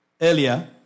earlier